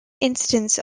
instance